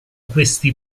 questi